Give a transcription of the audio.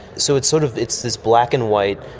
so it's sort of it's this black and white,